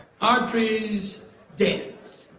audrey's dance.